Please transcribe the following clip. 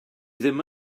ddim